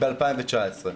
ב-2019.